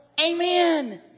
amen